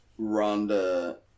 Rhonda